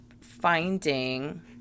finding